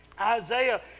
Isaiah